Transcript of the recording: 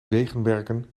wegenwerken